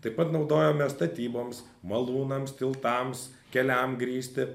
taip pat naudojome statyboms malūnams tiltams keliam grįsti